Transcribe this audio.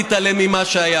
להתעלם ממה שהיה פה.